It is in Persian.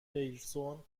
پیرسون